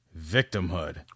Victimhood